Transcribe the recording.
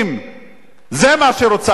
זה מה שרוצה הממשלה הזאת.